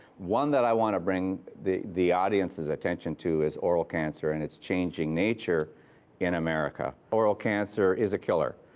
one that i want to bring the the audience's attention to is oral cancer and its changing nature in america. oral cancer is a killer.